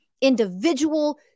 individual